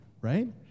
right